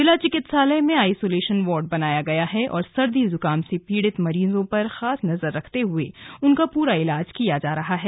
जिला चिकित्सालय में आईसोलेशन वार्ड बनाया गया है और सर्दी जुकाम से पीड़ित मरीजों पर खास नजर रखते हुए उनका पूरा इलाज किया जा रहा है